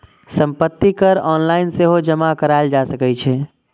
संपत्ति कर ऑनलाइन सेहो जमा कराएल जा सकै छै